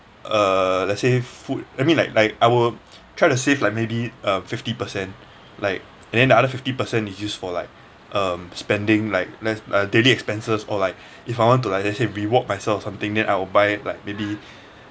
uh let's say food I mean like like I would try to save like maybe uh fifty percent like and then the other fifty percent is used for like um spending like less daily expenses or like if I want to like let's say reward myself or something then I will buy like maybe